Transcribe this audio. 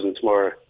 tomorrow